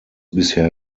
bisher